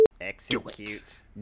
Execute